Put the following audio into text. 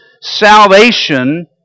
salvation